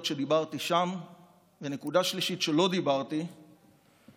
שעליהן דיברתי שם ובנקודה שלישית שלא דיברתי עליה